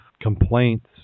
complaints